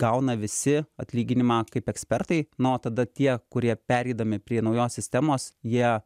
gauna visi atlyginimą kaip ekspertai nu o tada tie kurie pereidami prie naujos sistemos jie